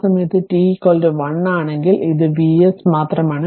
ആ സമയത്ത് t 1 ആണെങ്കിൽ ഇത് Vs മാത്രമാണ്